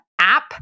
app